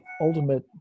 ultimate